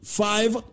five